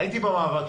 הייתי אז במאבקים.